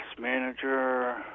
Manager